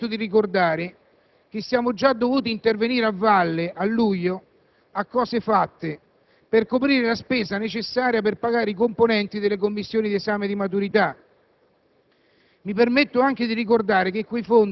alle difficoltà di natura economica, mi permetto di ricordare che siamo già dovuti intervenire a valle, nel mese di luglio, a cose fatte, per coprire la spesa necessaria per pagare i componenti delle commissioni di esame di maturità.